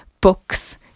books